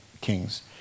kings